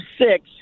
six